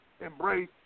embrace